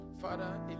Father